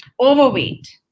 overweight